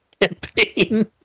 campaign